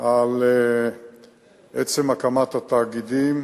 על עצם הקמת התאגידים,